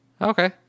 Okay